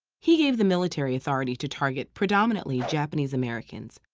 he gave the military authority to target predominantly japanese-americans,